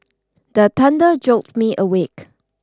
the thunder jolt me awake